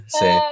say